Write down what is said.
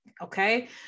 okay